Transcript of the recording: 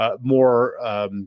more